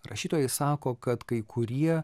rašytojai sako kad kai kurie